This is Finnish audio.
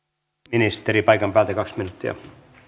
ministeri paikan päältä kaksi minuuttia